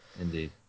Indeed